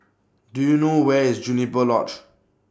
Do YOU know Where IS Juniper Lodge